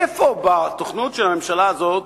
איפה בתוכניות של הממשלה הזאת,